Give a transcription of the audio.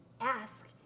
Ask